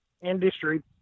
industry